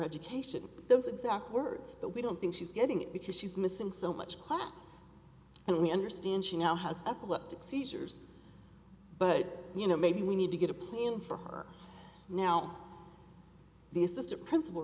education those exact words but we don't think she's getting it because she's missing so much hots and we understand she now has epileptic seizures but you know maybe we need to get a plan for her now the assistant principal